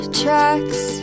tracks